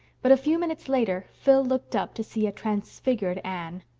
but a few minutes later phil looked up to see a transfigured anne.